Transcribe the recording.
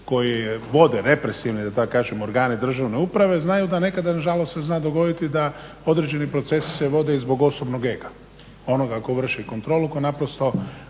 koji je vode represivni da tako kažem organi državne uprave znaju da nekada nažalost se zna dogoditi da se određeni procesi vode i zbog osobnog ega, onoga tko vrši kontrolu tko ne može